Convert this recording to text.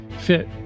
fit